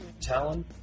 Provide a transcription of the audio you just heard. Talon